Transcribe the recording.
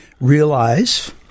realize